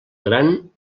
gran